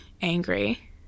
angry